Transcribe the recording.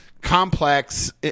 complex